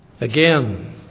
Again